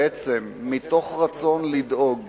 מתוך רצון לדאוג